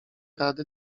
rady